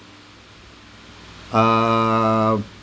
uh